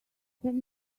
can